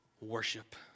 Worship